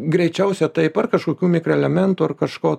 greičiausia taip ar kažkokių mikroelementų ar kažko